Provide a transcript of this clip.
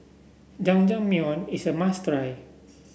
Jajangmyeon is a must try